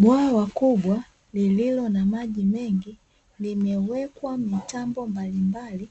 Bwawa kubwa lililo na maji mengi, limewekwa mitambo mbalilmbali